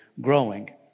growing